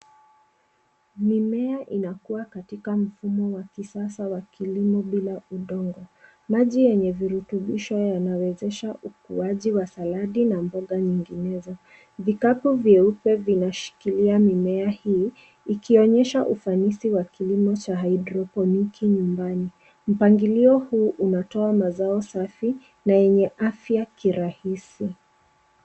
Mimea inakua katika mfumo wa kisasa wa kilimo bila udongo. Maji yenye virutubisbo yanawezesha ukuaji wa saladi na mboga nyinginezo. Vikapu vyeupe vinashikiria mimea hii ikionyesha ufanisi wa kilimo cha haidroponiki nyumbani. Mpangilio huu unatoa mazao safi na yenye afya kirahisi.